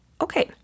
Okay